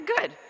good